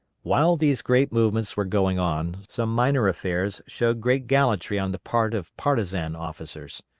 while these great movements were going on, some minor affairs showed great gallantry on the part of partisan officers.